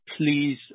please